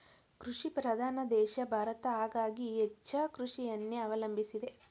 ಕೃಷಿ ಪ್ರಧಾನ ದೇಶ ಭಾರತ ಹಾಗಾಗಿ ಹೆಚ್ಚ ಕೃಷಿಯನ್ನೆ ಅವಲಂಬಿಸಿದೆ